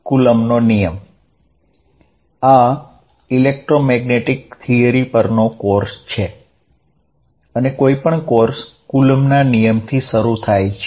કુલંબનો નિયમ આ electromagnetic theory પરનો કોર્સ છે અને આ કોર્સ કુલંબના નિયમ Coulombs law થી શરુ થાય છે